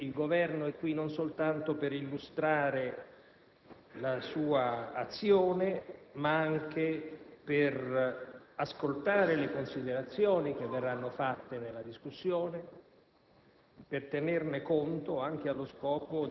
è pertanto evidente che il Governo è qui non soltanto per illustrare la sua azione, ma anche per ascoltare le considerazioni che verranno fatte nella discussione,